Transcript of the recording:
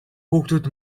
хүүхдүүд